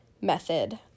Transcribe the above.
method